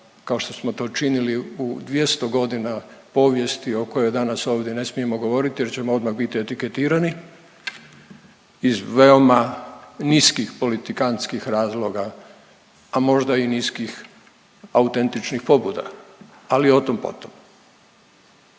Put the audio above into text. kao što smo to činili u 200 godina povijesti o kojoj danas ovdje ne smijemo govoriti jer ćemo odmah biti etiketirani iz veoma niskih politikantskih razloga, a možda i niskih autentičnih pobuda, ali o tom, potom.